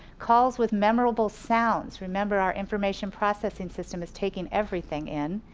calls with memorable sounds. remember our information processing system is taking everything in.